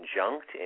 conjunct